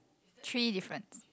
three difference